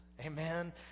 Amen